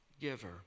giver